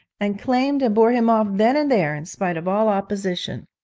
and claimed and bore him off then and there in spite of all opposition.